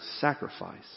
sacrifice